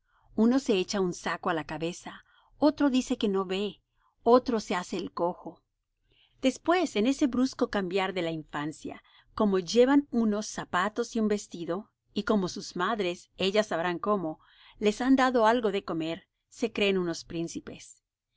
uno se echa un saco á la cabeza otro dice que no ve otro se hace el cojo después en ese brusco cambiar de la infancia como llevan unos zapatos y un vestido y como sus madres ellas sabrán cómo les han dado algo de comer se creen unos príncipes